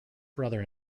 brother